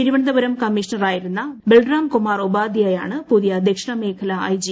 തിരുവനന്തപുരം കമ്മീഷണറായിരുന്ന ബൽറാം കുമാർ ഉപാധ്യായ ആണ് പുതിയ ദക്ഷിണമേഖലാ ഐജി